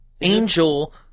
Angel